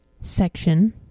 section